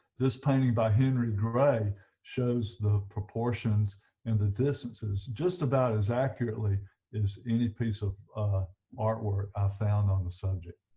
this painting by henry gray shows the proportions and the distances just about as accurately as any piece of artwork i found on the subject